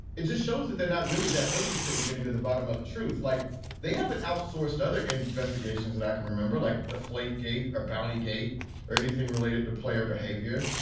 it just shows that they're not really that interested in getting to the bottom of the truth. like they haven't outsourced other investigations that i can remember, like deflate gate or bounty gate or anything related to player behavior.